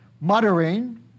muttering